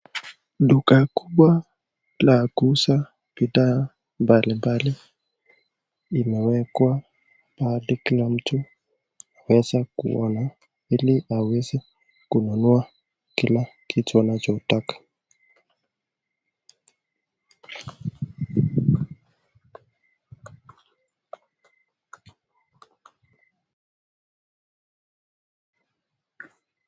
Duka kubwa la kuuza bidhaa mbalimbali imewekwa pahali kila mtu anaweza kuona ili aweze kununua kila kitu anachotaka.